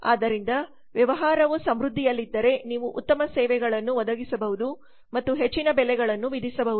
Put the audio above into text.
ಆದ್ದರಿಂದ ವ್ಯವಹಾರವು ಸಮೃದ್ಧಿಯಲ್ಲಿದ್ದರೆ ನೀವು ಉತ್ತಮ ಸೇವೆಗಳನ್ನು ಒದಗಿಸಬಹುದು ಮತ್ತು ಹೆಚ್ಚಿನ ಬೆಲೆಗಳನ್ನು ವಿಧಿಸಬಹುದು